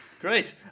Great